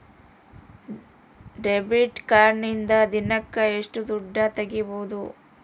Debit ಕಾರ್ಡಿನಿಂದ ದಿನಕ್ಕ ಎಷ್ಟು ದುಡ್ಡು ತಗಿಬಹುದು?